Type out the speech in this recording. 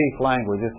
language